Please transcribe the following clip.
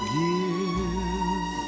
give